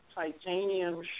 Titanium